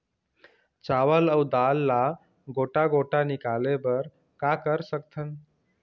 चावल अऊ दाल ला गोटा गोटा निकाले बर का कर सकथन?